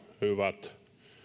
hyvät